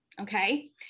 Okay